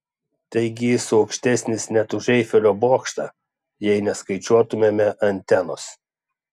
taigi jis aukštesnis net už eifelio bokštą jei neskaičiuotumėme antenos